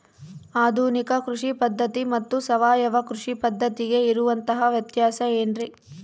ಆಧುನಿಕ ಕೃಷಿ ಪದ್ಧತಿ ಮತ್ತು ಸಾವಯವ ಕೃಷಿ ಪದ್ಧತಿಗೆ ಇರುವಂತಂಹ ವ್ಯತ್ಯಾಸ ಏನ್ರಿ?